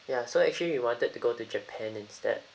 ya so actually we wanted to go to japan instead